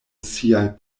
siaj